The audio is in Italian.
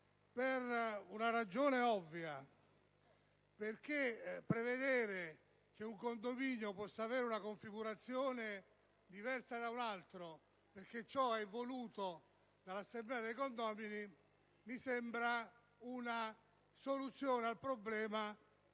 per una ragione ovvia: prevedere infatti che un condominio possa avere una configurazione diversa da un altro perché ciò è voluto dall'assemblea dei condomini mi sembra una soluzione al problema piuttosto